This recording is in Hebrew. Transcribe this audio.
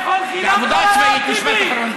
רק לאכול חינם כל היום, טיבי?